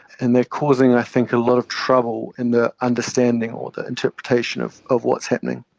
and they are causing i think a lot of trouble in the understanding or the interpretation of of what's happening.